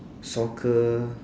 soccer